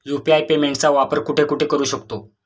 UPI पेमेंटचा वापर कुठे कुठे करू शकतो?